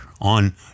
on